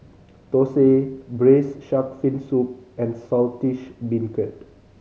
thosai Braised Shark Fin Soup and Saltish Beancurd